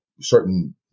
Certain